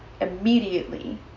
immediately